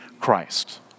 Christ